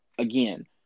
Again